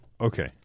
okay